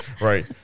Right